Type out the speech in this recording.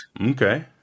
Okay